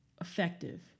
effective